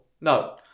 no